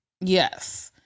Yes